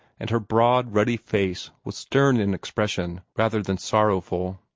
and her broad ruddy face was stern in expression rather than sorrowful.